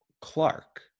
Clark